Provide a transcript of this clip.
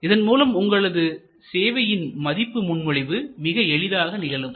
இதன்மூலம் உங்களது சேவையின் மதிப்பு முன்மொழிவு மிக எளிதாக நிகழும்